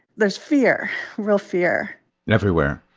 there's fear real fear everywhere.